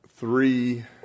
three